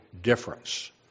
difference